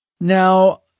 Now